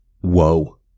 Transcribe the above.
whoa